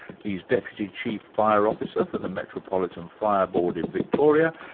he's deputy chief fire officer for the metropolitan fire board in victoria,